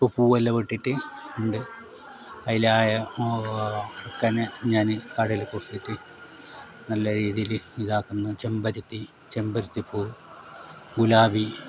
ഇപ്പോൾ പൂവെല്ലാം ഇട്ടിട്ടുണ്ട് അതിലായ ഇക്കന്നെ ഞാൻ കടയിൽ കൊടുത്തിട്ട് നല്ല രീതിയിൽ ഇതാക്കുന്നു ചെമ്പരത്തി ചെമ്പരത്തിപ്പൂവ് ബുലാവി